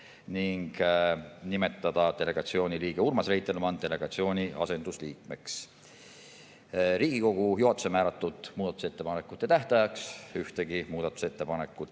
ning nimetada delegatsiooni liige Urmas Reitelmann delegatsiooni asendusliikmeks. Riigikogu juhatuse määratud muudatusettepanekute tähtajaks ühtegi muudatusettepanekut